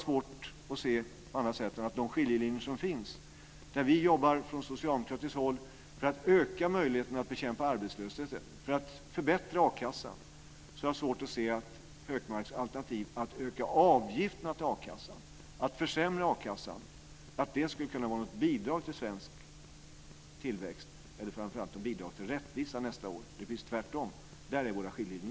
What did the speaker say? Med de skiljelinjer som finns, där vi från socialdemokratiskt håll jobbar för att öka möjligheterna att bekämpa arbetslösheten och för att förbättra a-kassan, har jag svårt att se att Hökmarks alternativ att öka avgifterna till a-kassan, dvs. försämra a-kassan, skulle kunna vara något bidrag till svensk tillväxt nästa år eller ett bidrag till rättvisa. Det är precis tvärtom. Där ligger våra skiljelinjer.